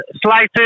slices